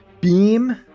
Beam